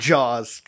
Jaws